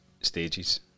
stages